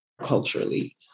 culturally